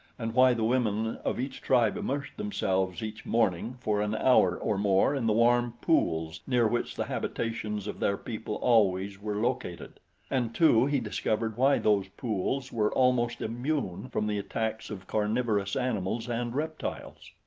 and why the women of each tribe immersed themselves each morning for an hour or more in the warm pools near which the habitations of their people always were located and, too, he discovered why those pools were almost immune from the attacks of carnivorous animals and reptiles.